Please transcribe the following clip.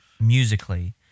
musically